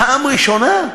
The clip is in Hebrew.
פעם ראשונה.